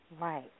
Right